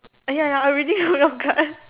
!aiya! I already hold wrong card